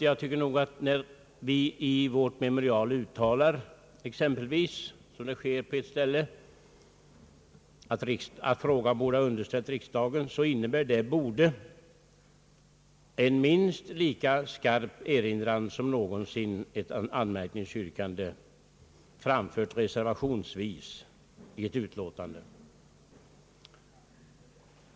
Jag tycker att när vi i vårt memorial exempelvis uttalar, som det heter på ett ställe, att en fråga borde ha underställts riksdagen, så innebär detta »borde» en minst lika stark erinran som någonsin ett anmärkningsyrkande, framfört reservationsvis vid ett utlåtande.